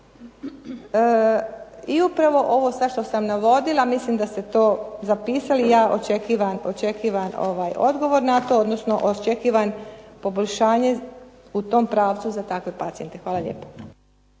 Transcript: I upravo ovo sad što sam navodila mislim da ste to zapisali i ja očekivam odgovor na to, odnosno očekivam poboljšanje u tom pravcu za takve pacijente. Hvala lijepa.